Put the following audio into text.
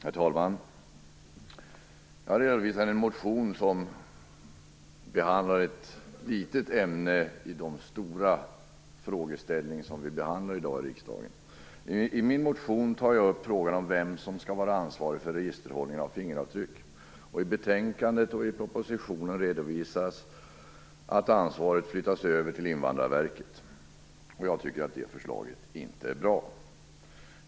Herr talman! Jag skall redovisa en motion som behandlar ett litet ämne i den stora frågeställning som vi i dag behandlar i riksdagen. I min motion tar jag upp frågan om vem som skall vara ansvarig för registerhållning av fingeravtryck. I betänkandet och i propositionen redovisas att ansvaret flyttas över till Invandrarverket. Jag tycker inte att detta förslag är bra.